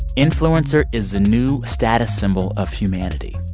influencer is the new status symbol of humanity.